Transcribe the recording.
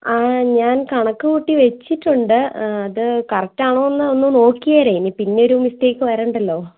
ആ ഞാൻ കണക്ക് കൂട്ടി വച്ചിട്ടുണ്ട് അത് കറക്റ്റ് ആണോ എന്നു ഒന്ന് നോക്കിയേരെ ഇനി പിന്നെ ഒരു മിസ്റ്റേക്ക് വരേണ്ടല്ലോ